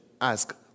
ask